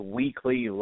weekly